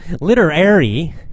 Literary